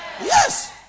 Yes